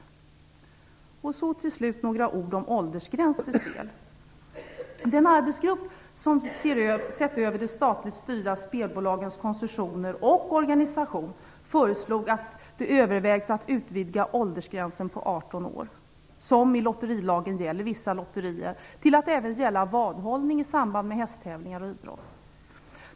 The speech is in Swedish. Till slut vill jag säga några ord om åldersgräns för spel. I den arbetsgrupp som har sett över de statligt styrda spelbolagens koncessioner och organisation föreslogs att man skulle överväga att utvidga åldersgränsen på 18 år, som enligt lotterilagen gäller vissa lotterier, till att även gälla vadhållning i samband med hästtävlingar och idrott.